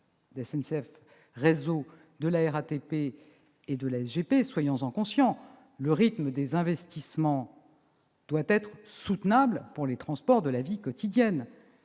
la RATP et la SGP -que le rythme des investissements doit être soutenable pour les transports de la vie quotidienne.